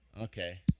Okay